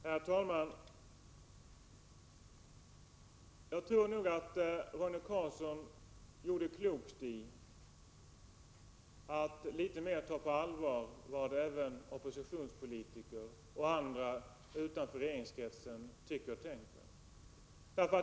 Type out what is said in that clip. Herr talman! Jag tror nog att Roine Carlsson skulle göra klokt i att litet mer ta på allvar även vad oppositionspolitiker och andra utanför regeringskretsen tycker och tänker.